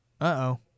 Uh-oh